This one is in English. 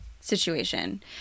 situation –